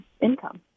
income